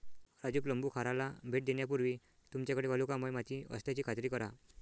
राजू प्लंबूखाराला भेट देण्यापूर्वी तुमच्याकडे वालुकामय माती असल्याची खात्री करा